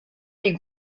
des